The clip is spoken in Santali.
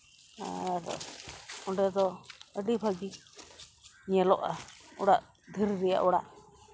ᱟᱨ ᱚᱸᱰᱮ ᱫᱚ ᱟᱹᱰᱤ ᱵᱷᱟᱜᱮ ᱚᱲᱟᱜ ᱫᱷᱤᱨᱤ ᱨᱮᱭᱟᱜ ᱚᱲᱟᱜ